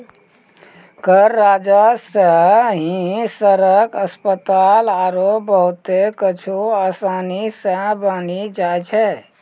कर राजस्व सं ही सड़क, अस्पताल आरो बहुते कुछु आसानी सं बानी जाय छै